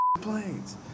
planes